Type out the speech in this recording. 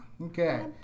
Okay